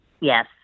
Yes